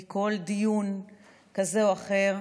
מכל דיון כזה או אחר,